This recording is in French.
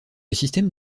système